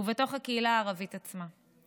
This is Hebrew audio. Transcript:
ובתוך הקהילה הערבית עצמה.